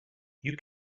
you